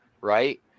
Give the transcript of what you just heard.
right